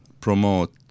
promote